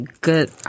good